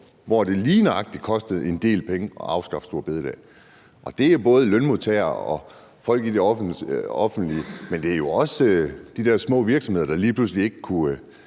hvem det lige nøjagtig kostede en del penge at afskaffe store bededag. Det er både for lønmodtagere og folk i det offentlige, men det er jo også de der små virksomheder, der lige